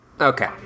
Okay